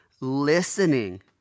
listening